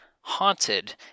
Haunted